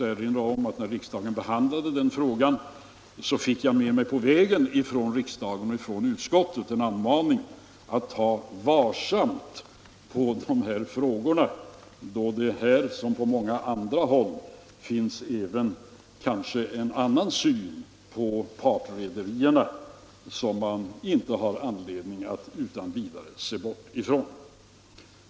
När riksdagen behandlade just den frågan fick jag med mig på vägen från riksdagen och utskottet en anmaning att ta varsamt på de här sakerna, då det här som på många andra håll kan finnas även en annan syn på partrederierna som man inte har anledning att utan vidare se bort ifrån.